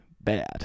bad